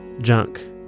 junk